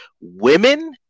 Women